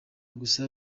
gusa